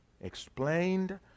explained